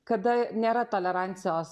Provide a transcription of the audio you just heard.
kada nėra tolerancijos